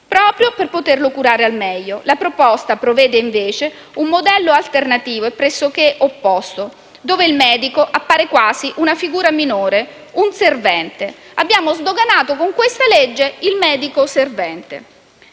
proprio per poterlo curare al meglio. La proposta prevede invece un modello alternativo e pressoché opposto, dove il medico appare quasi una figura minore, un servente. Con il disegno di legge in discussione